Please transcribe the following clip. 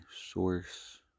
source